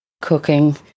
cooking